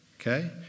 okay